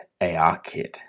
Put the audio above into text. ARKit